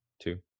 two